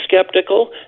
skeptical